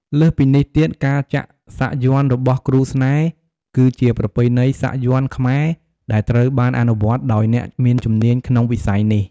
លើសពីនេះទៀតការចាក់សាក់យ័ន្តរបស់គ្រូស្នេហ៍ គឺជាប្រពៃណីសាក់យន្តខ្មែរដែលត្រូវបានអនុវត្តដោយអ្នកមានជំនាញក្នុងវិស័យនេះ។